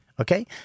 okay